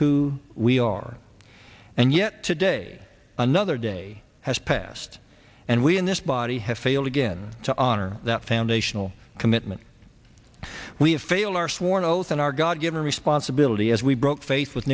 who we are and yet today another day has passed and we in this body have failed again to honor that foundational commitment we have failed our sworn oath in our god given responsibility as we broke faith with